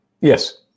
Yes